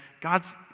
God's